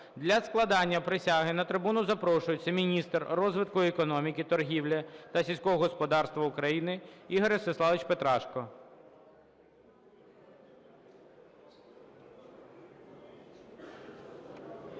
Для складання присяги на трибуну запрошується міністр розвитку економіки, торгівлі та сільського господарства України Ігор Ростиславович Петрашко.